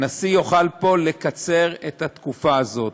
הנשיא יוכל פה לקצר את התקופה הזאת.